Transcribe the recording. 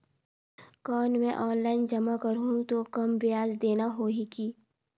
कौन मैं ऑफलाइन जमा करहूं तो कम ब्याज देना होही की?